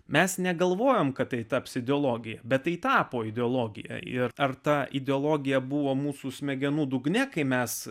mes negalvojome kad tai taps ideologija bet tai tapo ideologija ir ar ta ideologija buvo mūsų smegenų dugne kai mes